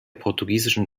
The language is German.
portugiesischen